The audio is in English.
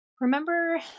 remember